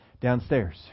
downstairs